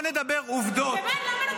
ועכשיו עולה רון כץ ואומר שאנחנו נגד לוחמי צה"ל,